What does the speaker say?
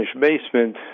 basement